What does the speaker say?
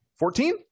Fourteen